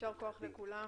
יישר כוח לכולם,